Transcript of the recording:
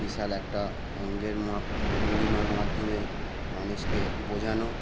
বিশাল একটা অঙ্গের মাপ ভঙ্গিমার মাধ্যমে মানুষকে বোঝানো